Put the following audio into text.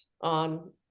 on